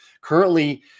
Currently